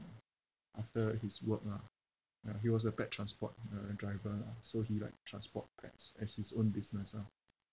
after his work lah ya he was a pet transport uh driver lah so he like transport pets as his own business lah